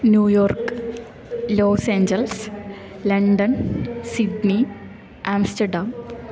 New York Los Angeles London Sydney Amsterdam